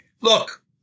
look